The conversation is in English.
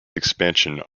expansion